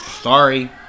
Sorry